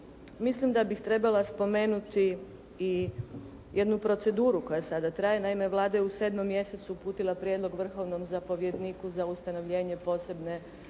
Mislim da bih trebala spomenuti i jednu proceduru koja sada traje. Naime, Vlada je u 7. mjesecu uputila prijedlog vrhovnom zapovjedniku za ustanovljenje posebne